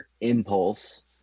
impulse